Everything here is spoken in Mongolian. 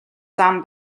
зам